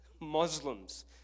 Muslims